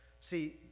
See